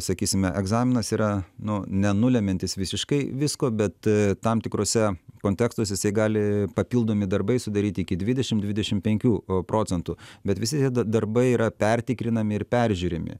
sakysime egzaminas yra nu nenulemiantis visiškai visko bet tam tikruose kontekstuose jisai gali papildomi darbai sudaryti iki dvidešimt dvidešimt penkių procentų bet visi darbai yra pertikrinami ir peržiūrimi